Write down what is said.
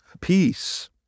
peace